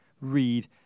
read